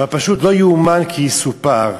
אבל פשוט לא יאומן כי יסופר,